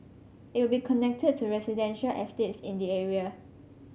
it will be connected to residential estates in the area